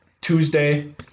Tuesday